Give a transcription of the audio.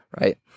right